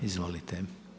Izvolite.